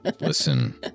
Listen